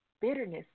bitterness